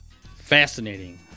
Fascinating